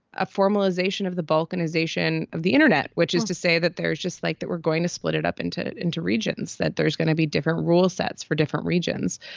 a formalization of the balkanization of the internet, which is to say that there's just like that we're going to split it up into it into regions, that there's gonna be different rule sets for different regions.